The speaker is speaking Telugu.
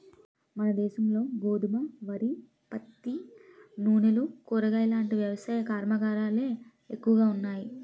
మనదేశంలో గోధుమ, వరి, పత్తి, నూనెలు, కూరగాయలాంటి వ్యవసాయ కర్మాగారాలే ఎక్కువగా ఉన్నాయి